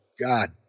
God